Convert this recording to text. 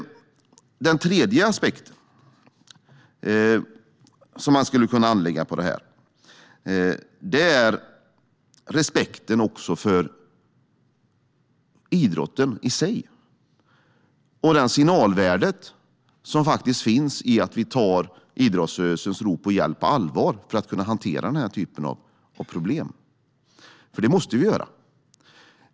Den tredje aspekt som man skulle kunna anlägga på detta är respekten för idrotten i sig och det signalvärde som finns i att vi tar idrottsrörelsens rop på hjälp på allvar för att kunna hantera den här typen av problem. Det måste vi göra.